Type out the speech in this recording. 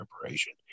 preparation